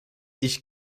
ich